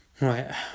Right